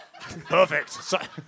Perfect